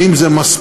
האם זה מספיק?